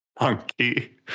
monkey